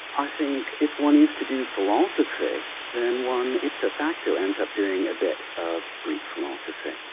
i think if one is to do philosophy then one ipso facto ends up doing a bit of greek philosophy.